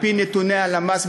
על-פי נתוני הלמ"ס,